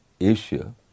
Asia